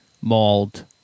mauled